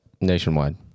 Nationwide